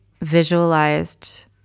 visualized